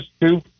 two